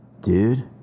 dude